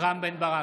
רם בן ברק,